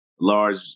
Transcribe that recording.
large